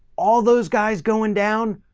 all those guys going down,